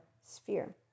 sphere